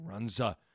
Runza